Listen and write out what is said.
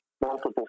multiple